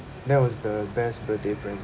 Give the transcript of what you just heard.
that was the best birthday present